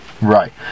Right